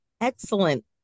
excellent